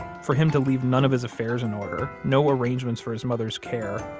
for him to leave none of his affairs in order, no arrangements for his mother's care,